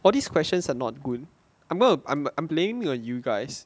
for these questions are not good I'm gonna I'm I'm blaming it on you guys